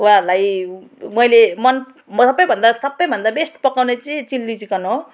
उहाँहरूलाई मैले मन सबैभन्दा सबैभन्दा बेस्ट पकाउने चाहिँ चिल्ली चिकन हो